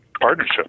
partnership